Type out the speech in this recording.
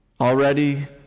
Already